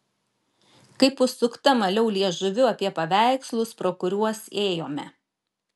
kaip užsukta maliau liežuviu apie paveikslus pro kuriuos ėjome